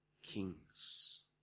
kings